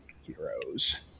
heroes